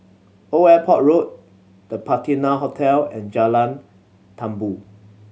Old Airport Road The Patina Hotel and Jalan Tambur